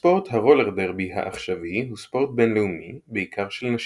ספורט הרולר דרבי העכשווי הוא ספורט בינלאומי בעיקר של נשים,